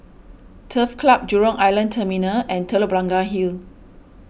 Turf Club Jurong Island Terminal and Telok Blangah Hill